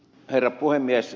herra puhemies